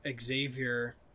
Xavier